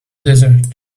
desert